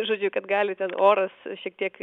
žodžiu kad galite oras šiek tiek